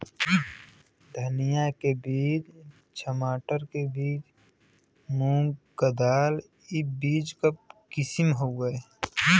धनिया के बीज, छमाटर के बीज, मूंग क दाल ई बीज क किसिम हउवे